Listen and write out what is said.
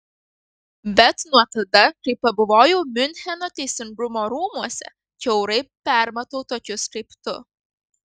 bet nuo tada kai pabuvojau miuncheno teisingumo rūmuose kiaurai permatau tokius kaip tu